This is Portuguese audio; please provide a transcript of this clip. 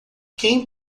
quem